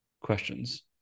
questions